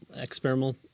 experimental